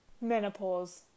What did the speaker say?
Menopause